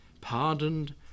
pardoned